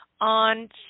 on